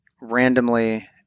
randomly